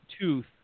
tooth